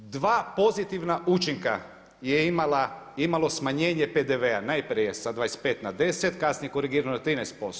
Dva pozitivna učinka je imalo smanjenje PDV-a najprije sa 25 na 10, kasnije korigirano na 13%